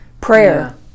Prayer